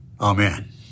Amen